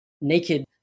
naked